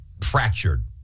fractured